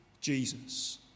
Jesus